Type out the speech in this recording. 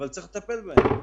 אבל צריך לטפל בהם.